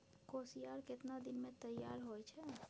कोसियार केतना दिन मे तैयार हौय छै?